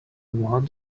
want